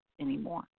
anymore